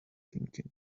thinking